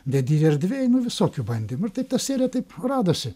dedi erdvėj nu visokių bandymų ir taip ta serija taip radosi